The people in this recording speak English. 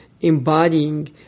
embodying